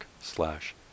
slash